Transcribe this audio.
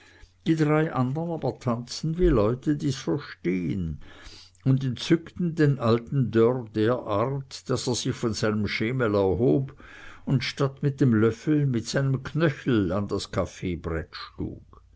die drei andern aber tanzten wie leute die's verstehen und entzückten den alten dörr derart daß er sich von seinem schemel erhob und statt mit dem löffel mit seinem knöchel an das